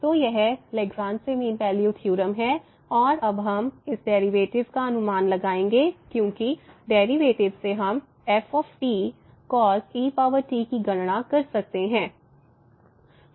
तो यह Lagrange mean value theorem है और अब हम इस डेरिवेटिव का अनुमान लगाएंगे क्योंकि डेरिवेटिव से हम f cos et की गणना कर सकते हैं